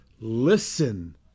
listen